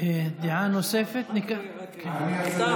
דעה נוספת, אני ארצה דעה נוספת.